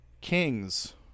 Kings